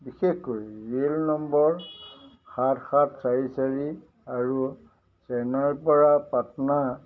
বিশেষকৈ rail number সাত সাত চাৰি চাৰি আৰু চেন্নাইৰপৰা পাটনা